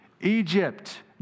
Egypt